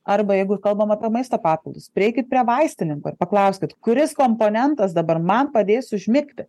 arba jeigu kalbam apie maisto papildus prieikit prie vaistininko ir paklauskit kuris komponentas dabar man padės užmigti